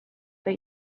that